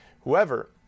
whoever